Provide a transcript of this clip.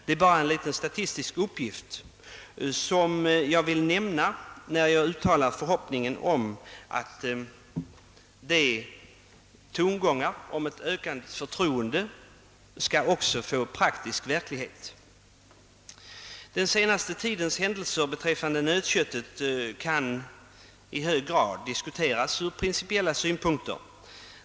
Denna lilla statistiska uppgift ville jag nämna när jag nu uttalar den förhoppningen att de tongångar om ett ökat förtroende som framskymtat också skall få praktiska konsekvenser. Den senaste tidens händelser när det gäller nötköttet kan i hög grad diskuteras ur principiella synpunkter.